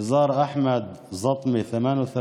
ניזאר אחמד זטמה, בן 38,